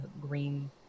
green